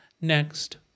next